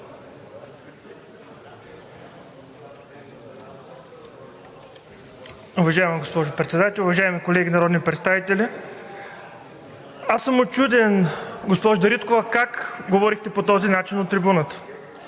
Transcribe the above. Уважаема госпожо Председател, уважаеми колеги народни представители! Аз съм учуден, госпожо Дариткова, как говорихте по този начин от трибуната?!